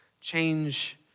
change